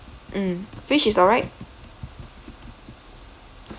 mm fish is alright